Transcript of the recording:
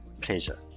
pleasure